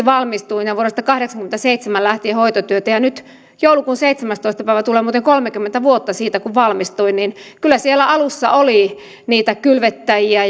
valmistuin ja vuodesta kahdeksankymmentäseitsemän lähtien olen tehnyt hoitotyötä ja nyt joulukuun seitsemästoista päivä tulee muuten kolmekymmentä vuotta siitä kun valmistuin ja kyllä siellä alussa oli niitä kylvettäjiä